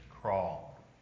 crawl